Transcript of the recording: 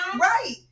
Right